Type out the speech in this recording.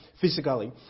physically